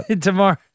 Tomorrow